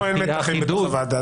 פה אין מתחים בתוך הוועדה,